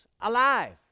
alive